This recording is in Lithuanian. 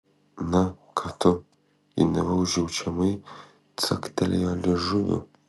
na ką tu ji neva užjaučiamai caktelėjo liežuviu